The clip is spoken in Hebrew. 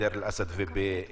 בדיר אל אסד ובבענה.